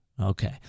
Okay